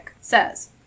says